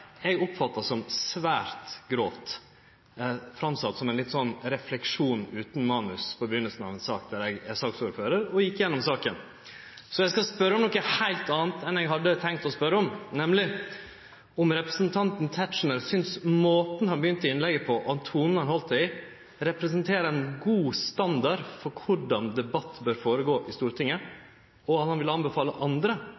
eg oppfatta som svært grovt – sett fram som ein refleksjon utan manus på begynninga av ei sak der eg er saksordførar og gjekk gjennom saka. Så eg skal spørje om noko heilt anna enn det eg hadde tenkt å spørje om, nemleg om representanten Tetzschner synest måten han begynte innlegget på, og tonen han heldt det i, representerer ein god standard for korleis debatt bør gå føre seg i